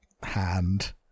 hand